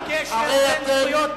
רבותי, הרי אתם, אין שום קשר בין זכויות